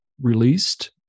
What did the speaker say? released